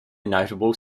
notable